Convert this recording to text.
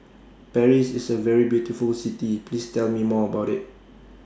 Paris IS A very beautiful City Please Tell Me More about IT